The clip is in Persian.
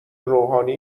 روحانی